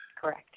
Correct